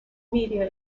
media